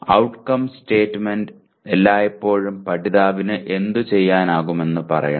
outcome statement എല്ലായ്പ്പോഴും പഠിതാവിന് എന്തുചെയ്യാനാകുമെന്ന് പറയണം